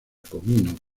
comino